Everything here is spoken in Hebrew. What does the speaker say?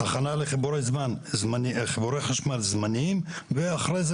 הכנה לחיבורי חשמל זמניים ואחרי זה